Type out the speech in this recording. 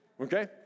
Okay